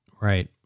Right